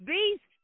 Beast